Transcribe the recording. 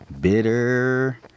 Bitter